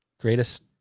greatest